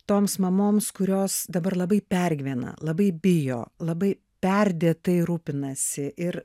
toms mamoms kurios dabar labai pergyvena labai bijo labai perdėtai rūpinasi ir